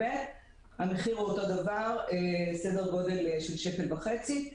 המחיר הוא אותו דבר, סדר גודל של 1.50 שקל.